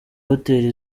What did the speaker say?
hoteli